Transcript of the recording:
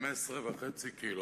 15.5 קילו.